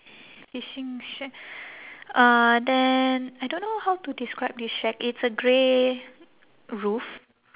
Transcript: fishing shack uh then I don't know how to describe this shack it's a grey roof